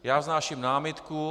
Já vznáším námitku.